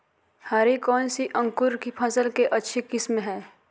हरी कौन सी अंकुर की फसल के अच्छी किस्म है?